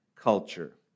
culture